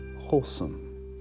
wholesome